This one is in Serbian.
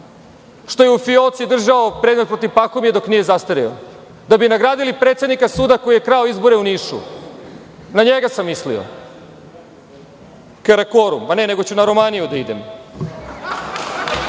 što je u fioci držao predmet protiv Pahomija, dok nije zastareo, da bi nagradili predsednika suda koji je krao izbore u Nišu. Na njega sam milio. Karakorum, ne, nego ću na Romaniju da idem